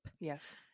Yes